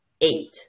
eight